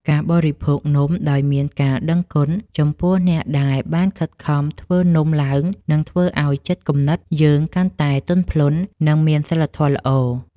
ការបរិភោគនំដោយមានការដឹងគុណចំពោះអ្នកដែលបានខិតខំធ្វើនំឡើងនឹងធ្វើឱ្យចិត្តគំនិតយើងកាន់តែទន់ភ្លន់ និង មានសីលធម៌ល្អ។